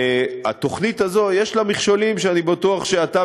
לתוכנית הזאת יש מכשולים שאני בטוח שאתה